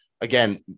Again